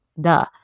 duh